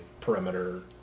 perimeter